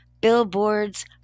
Billboards